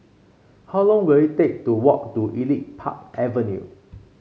how long will it take to walk to Elite Park Avenue